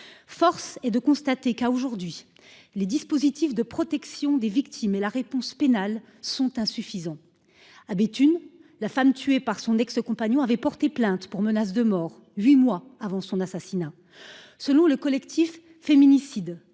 Force est de constater qu'a aujourd'hui les dispositifs de protection des victimes et la réponse pénale sont insuffisants. À Béthune, la femme tuée par son ex-compagnon avait porté plainte pour menaces de mort 8 mois avant son assassinat. Selon le collectif Féminicides,